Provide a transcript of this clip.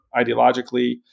ideologically